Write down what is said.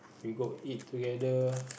we go eat together